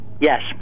Yes